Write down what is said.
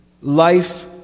life